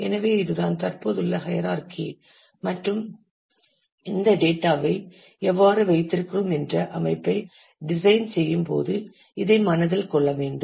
எனவே இதுதான் தற்போதுள்ள ஹையராகி மற்றும் இந்தத் டேட்டாவை எவ்வாறு வைத்திருக்கிறோம் என்ற அமைப்பை டிசைன் செய்யும்போது இதை மனதில் கொள்ள வேண்டும்